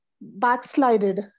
backslided